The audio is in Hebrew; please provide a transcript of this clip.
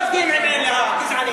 לך תפגין עם אלה הגזענים.